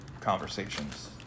conversations